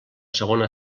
segona